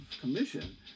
commission